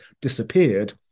disappeared